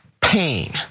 pain